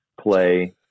play